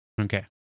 Okay